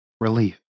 relief